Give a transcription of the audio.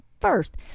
first